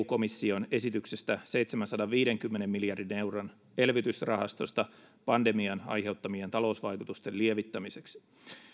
komission esityksestä seitsemänsadanviidenkymmenen miljardin euron elvytysrahastosta pandemian aiheuttamien talousvaikutusten lievittämiseksi